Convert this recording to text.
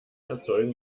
erzeugen